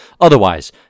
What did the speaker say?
Otherwise